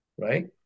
Right